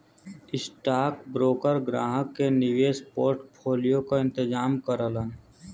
stockbroker ग्राहक के निवेश पोर्टफोलियो क इंतजाम करलन